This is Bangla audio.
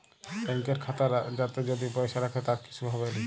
ব্যাংকের খাতা যাতে যদি পয়সা রাখে তার কিসু হবেলি